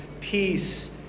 peace